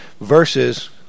Versus